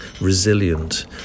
resilient